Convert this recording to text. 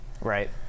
Right